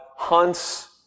Hunts